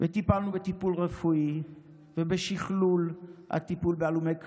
טיפלנו בטיפול הרפואי ובשכלול הטיפול בהלומי קרב,